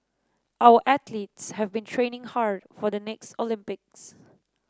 our athletes have been training hard for the next Olympics